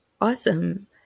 Awesome